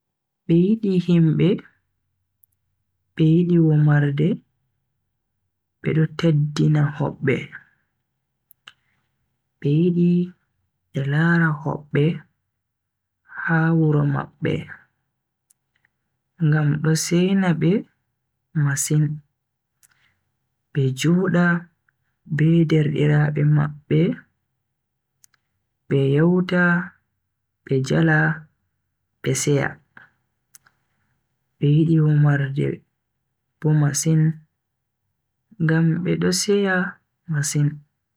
Be yidi himbe, be yidi womarde be do teddina hobbe. Be yidi be lara hobbe ha wuro mabbe ngam do seina be masin, be joda be derdiraabe mabbe be yewta be jala be seya. Be yidi womarde bo masin ngam be do seya masin.